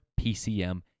PCM